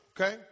Okay